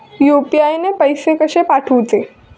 UPI ने पैशे कशे पाठवूचे?